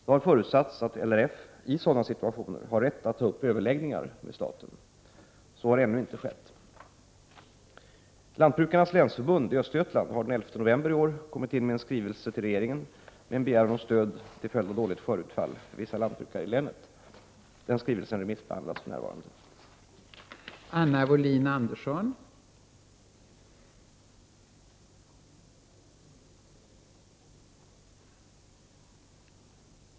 Det har förutsatts att LRF i sådana situationer har rätt att ta upp överläggningar med staten. Så har ännu inte skett. Lantbrukarnas länsförbund i Östergötland har den 11 november i år kommit in med en skrivelse till regeringen med en begäran om stöd till följd av dåligt skördeutfall för vissa lantbrukare i länet. Skrivelsen remissbehandlas för närvarande.